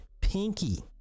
pinky